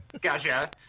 Gotcha